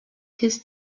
his